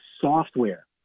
software